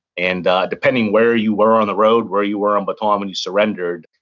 and depending where you were on the road, where you were on bataan when you surrendered,